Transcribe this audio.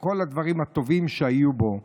כל הדברים הטובים שהיו בו.